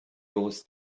grosses